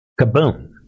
Kaboom